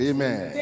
Amen